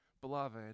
beloved